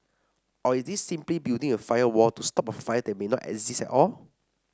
or is this simply building a firewall to stop a fire that may not exist at all